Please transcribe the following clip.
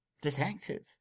detective